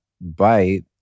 bite